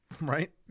Right